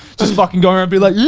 just fucking go around and be like,